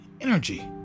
energy